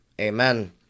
Amen